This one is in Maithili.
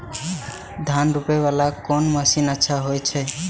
धान रोपे वाला कोन मशीन अच्छा होय छे?